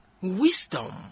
Wisdom